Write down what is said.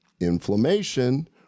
inflammation